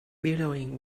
billowing